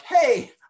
hey